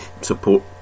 support